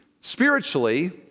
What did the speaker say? spiritually